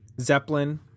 zeppelin